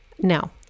Now